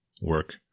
work